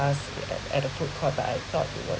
class we ate at the food court but I thought it was